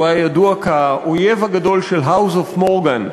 והוא היה ידוע כאויב הגדול של House of Morgan.